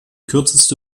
kürzeste